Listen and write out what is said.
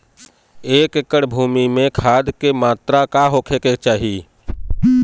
एक एकड़ भूमि में खाद के का मात्रा का होखे के चाही?